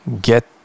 get